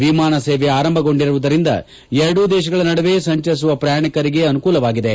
ವಿಮಾನಸೇವೆ ಆರಂಭಗೊಂಡಿರುವುದರಿಂದ ಎರಡೂ ದೇಶಗಳ ನಡುವೆ ಸಂಚರಿಸುವ ಪ್ರಯಾಣಿಕರಿಗೆ ಅನುಕೂಲವಾಗಿದೆ